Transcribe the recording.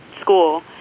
school